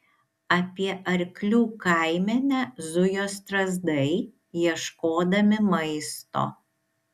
apie arklių kaimenę zujo strazdai ieškodami maisto